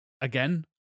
again